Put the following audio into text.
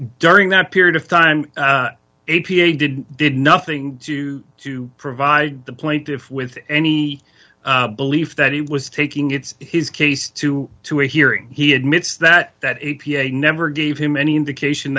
during that period of time a p a did did nothing to to provide the plaintiff with any belief that he was taking its his case to to a hearing he admits that that a p a never gave him any indication